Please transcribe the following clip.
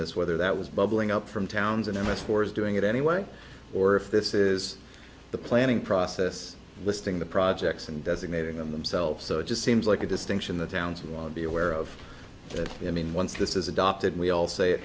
this whether that was bubbling up from towns in their midst or is doing it anyway or if this is the planning process listing the projects and designating them themselves so it just seems like a distinction the towns won't be aware of that i mean once this is adopted we all say it